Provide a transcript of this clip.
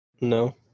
No